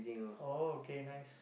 oh okay nice